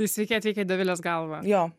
sveiki atvykę į dovilės galvą